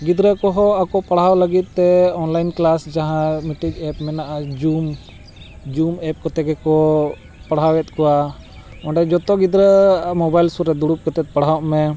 ᱜᱤᱫᱽᱨᱟᱹ ᱠᱚᱦᱚᱸ ᱟᱠᱚ ᱯᱟᱲᱦᱟᱣ ᱞᱟᱹᱜᱤᱫ ᱛᱮ ᱚᱱᱞᱟᱭᱤᱱ ᱠᱞᱟᱥ ᱡᱟᱦᱟᱸ ᱢᱤᱫᱴᱤᱡ ᱮᱯ ᱢᱮᱱᱟᱜᱼᱟ ᱡᱩᱢ ᱡᱩᱢ ᱮᱯ ᱠᱚᱛᱮ ᱜᱮᱠᱚ ᱯᱟᱲᱦᱟᱣᱮᱫ ᱠᱚᱣᱟ ᱚᱸᱰᱮ ᱡᱷᱚᱛᱚ ᱜᱤᱫᱽᱨᱟᱹ ᱢᱳᱵᱟᱭᱤᱞ ᱥᱩᱨᱨᱮ ᱫᱩᱲᱩᱵ ᱠᱟᱛᱮᱫ ᱯᱟᱲᱦᱟᱣᱚᱜ ᱢᱮ